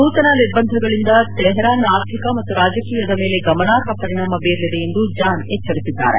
ನೂತನ ನಿರ್ಬಂಧಗಳಿಂದ ತೆಹರಾನ್ನ ಆರ್ಥಿಕ ಹಾಗೂ ರಾಜಕೀಯದ ಮೇಲೆ ಗಮನಾರ್ಹ ಪರಿಣಾಮ ಬೀರಲಿದೆ ಎಂದು ಜಾನ್ ಎಚ್ಲರಿಸಿದ್ದಾರೆ